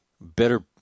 better